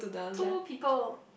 two people